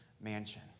mansion